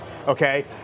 Okay